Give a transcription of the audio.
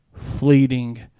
fleeting